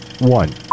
one